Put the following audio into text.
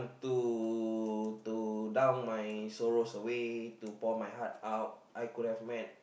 to to down my sorrows away to pour my heart out I could have met